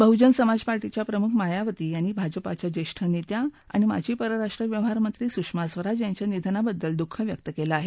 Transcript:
बहुजन समाज पार्टीच्या प्रमुख मायावती यांनी भाजपाच्या ज्येष्ठ नेत्या आणि माजी परराष्ट्र व्यवहार मंत्री सुषमा स्वराज यांच्या निधनाबद्दल दुःख व्यक्त केलं आहे